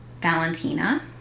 Valentina